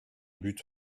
but